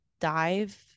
dive